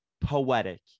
poetic